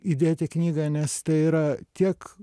įdėt į knygą nes tai yra tiek